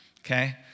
okay